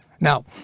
Now